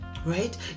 right